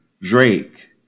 drake